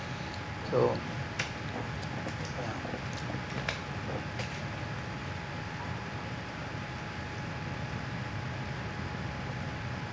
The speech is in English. so ya